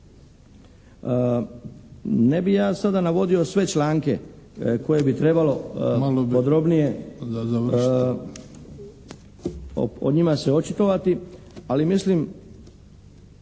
Ne bih ja sada navodio sve članke koje bi trebalo malo podrobnije o njima se očitovati, ali mislim